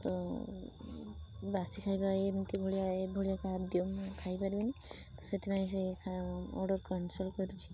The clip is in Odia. ତ ବାସି ଖାଇବା ଏମତି ଭଳିଆ ଏଇ ଭଳିଆ ଖାଦ୍ୟ ମୁଁ ଖାଇପାରିବିନି ତ ସେଥିପାଇଁ ସେ ଖା ଅର୍ଡ଼ର କ୍ୟାନସେଲ୍ କରୁଛି